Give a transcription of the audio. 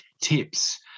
tips